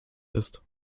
ist